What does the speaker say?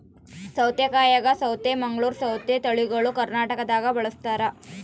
ಸೌತೆಕಾಯಾಗ ಸೌತೆ ಮಂಗಳೂರ್ ಸೌತೆ ತಳಿಗಳು ಕರ್ನಾಟಕದಾಗ ಬಳಸ್ತಾರ